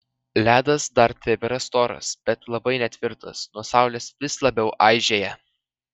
ledas dar tebėra storas bet labai netvirtas nuo saulės vis labiau aižėja